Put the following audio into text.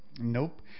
Nope